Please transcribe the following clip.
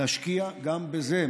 להשקיע גם בזה.